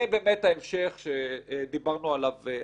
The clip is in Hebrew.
ובאמת ההמשך שדיברנו עליו עכשיו.